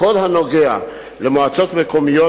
בכל הנוגע למועצות מקומיות,